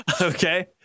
Okay